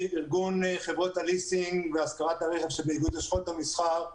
ארגון חברות הליסינג והשכרת הרכב שבאיגוד לשכות המסחר,